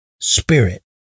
spirit